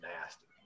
nasty